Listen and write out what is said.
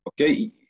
Okay